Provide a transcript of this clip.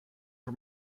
for